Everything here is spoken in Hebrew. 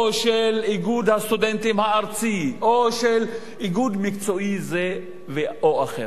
או של איגוד הסטודנטים הארצי או של איגוד מקצועי זה או אחר.